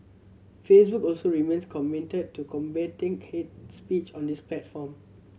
Facebook also remains committed to combating hate speech on its platform